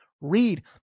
read